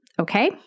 okay